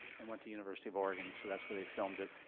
and went to university of oregon, so that's where they filmed it,